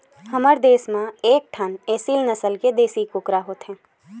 हमर देस म एकठन एसील नसल के देसी कुकरा होथे